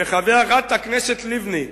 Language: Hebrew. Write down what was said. וחברת הכנסת לבני,